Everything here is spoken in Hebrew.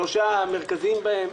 שלושה מרכזים בהם.